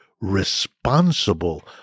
responsible